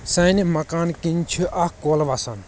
سانہِ مکان کِنۍ چھِ اکھ کۄل وسان